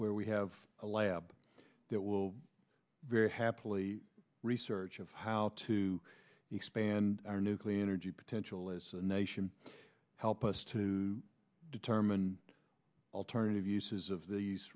where we have a lab that will happily research of how to expand our nuclear energy potential as a nation help us to determine alternative uses of the